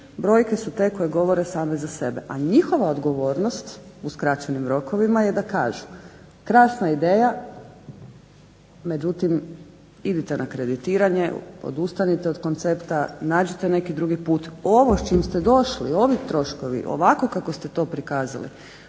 brojke su te koje govore same za sebe, a njihova odgovornost u skraćenim rokovima je da kažu krasna ideja međutim idite na kreditiranje, odustanite od koncepta, nađite neki drugi put, ovo s čim ste došli ovi troškovi ovako kako ste to prikazali